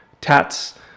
tats